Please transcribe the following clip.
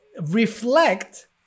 reflect